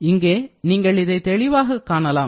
இங்கே நீங்கள் இதை தெளிவாக காணலாம்